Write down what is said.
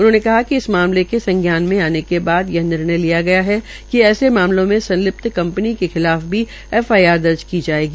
उन्होंने कहा कि इस मामले में संज्ञान में आने के बाद यह निर्णय लियागया कि ऐसे मामलों में संलिप्त कंपनी के खिलाफ भी एफआईआर दर्ज की जायेगी